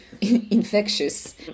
infectious